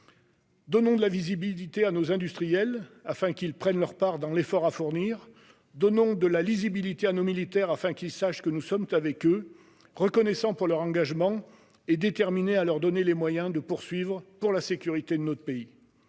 Donnons de la visibilité à nos industriels, afin qu'ils prennent leur part dans l'effort à fournir. Donnons de la lisibilité à nos militaires, afin qu'ils sachent que nous sommes avec eux, reconnaissants pour leur engagement et déterminés à leur donner les moyens de le poursuivre pour la sécurité de notre pays.